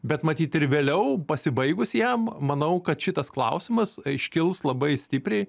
bet matyt ir vėliau pasibaigus jam manau kad šitas klausimas iškils labai stipriai